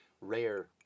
rare